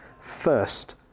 first